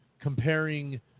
comparing